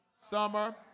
summer